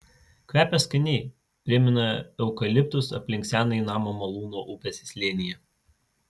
kvepia skaniai primena eukaliptus aplink senąjį namą malūno upės slėnyje